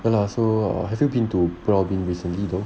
ya lah so err have you been to pulau ubin recently though